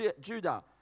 Judah